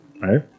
right